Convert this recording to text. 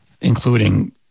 Including